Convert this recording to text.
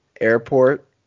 airport